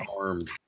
armed